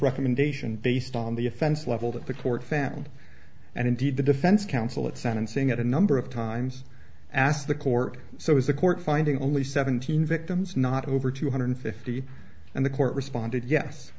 recommendation based on the offense level that the court found and indeed the defense counsel at sentencing at a number of times asked the court so is the court finding only seventeen victims not over two hundred fifty and the court responded yes